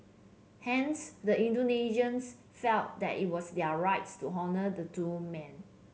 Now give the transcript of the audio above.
hence the Indonesians felt that it was their rights to honour the two men